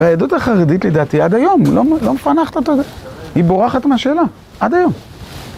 היהדות החרדית, לדעתי, עד היום, לא מפענחת אותה, היא בורחת מהשאלה. עד היום.